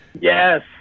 Yes